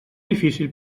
difícil